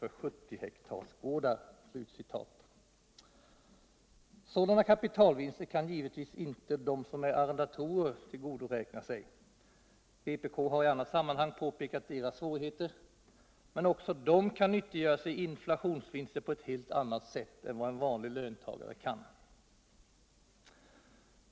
för 70 ha-gårdar.” Sådana kapitalvinster kan givetvis inte de som är arrendatorer tillgodoräkna sig. Vpk har i annat sammanhang påpekat deras svårigheter. Men också de kan nyttiggöra sig inflationsvinster på ett helt annat sätt än vad en vanlig löntagare kan.